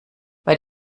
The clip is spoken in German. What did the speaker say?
bei